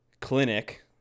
clinic